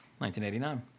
1989